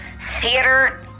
theater